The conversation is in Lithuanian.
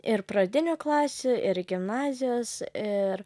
ir pradinių klasių ir gimnazijos ir